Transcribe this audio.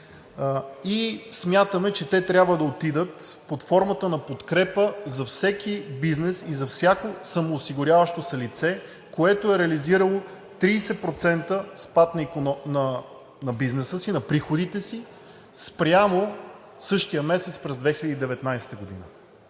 Смятаме, че те трябва да отидат под формата на подкрепа за всеки бизнес и за всяко самоосигуряващо се лице, което е реализирало 30% спад на бизнеса си, на приходите си, спрямо същия месец през 2019 г.